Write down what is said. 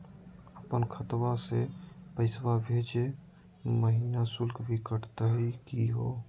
अपन खतवा से पैसवा भेजै महिना शुल्क भी कटतही का हो?